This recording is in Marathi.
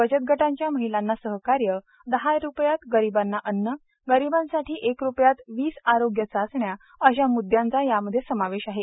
बचतगटांच्या महिलांना सहकार्य दहा रुपयांत गरिबांना अन्न गरिबांसाठी एक रुपयात वीस आरोग्य चाचण्या अशा मुद्द्यांचा यामध्ये समावेश आहे